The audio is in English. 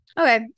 Okay